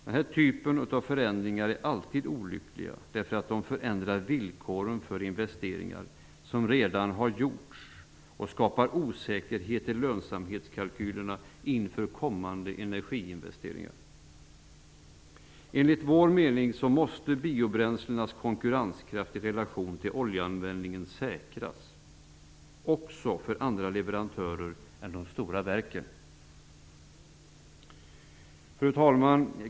Denna typ av ändringar är alltid olyckliga, eftersom de förändrar villkoren för de investeringar som redan har gjorts och skapar osäkerhet i lönsamhetskalkylerna inför kommande energiinvesteringar. Enligt vår mening måste biobränslenas konkurrenskraft i relation till oljeanvändningen säkras, också för andra leverantörer än de stora verken. Fru talman!